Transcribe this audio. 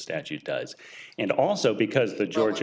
statute does and also because the georgia